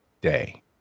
day